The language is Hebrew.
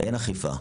אין אכיפה.